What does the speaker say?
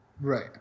Right